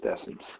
essence